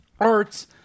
Art's